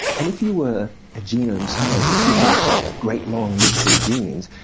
and if you were a genome scientist looking at that great long list of genes,